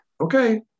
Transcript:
Okay